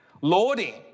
Lording